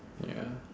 ya